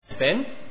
Ben